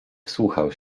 wsłuchał